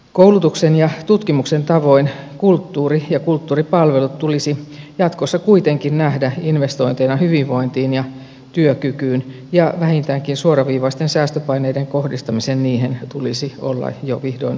koulutuksen ja tutkimuksen tavoin kulttuuri ja kulttuuripalvelut tulisi jatkossa kuitenkin nähdä investointeina hyvinvointiin ja työkykyyn ja vähintäänkin suoraviivaisten säästöpaineiden kohdistamisen niihin tulisi olla jo vihdoin ohi